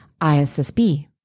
ISSB